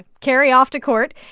carrie off to court.